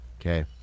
Okay